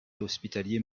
hospitalier